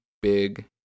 big